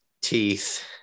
teeth